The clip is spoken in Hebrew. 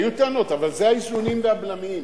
היו טענות, אבל זה האיזונים והבלמים.